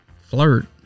flirt